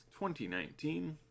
2019